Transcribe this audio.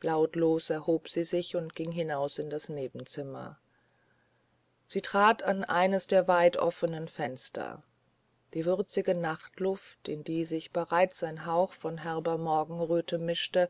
lautlos erhob sie sich und ging hinaus in das nebenzimmer sie trat in eines der weit offenen fenster die würzige nachtluft in die sich bereits ein hauch von herber morgenröte mischte